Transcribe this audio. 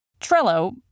Trello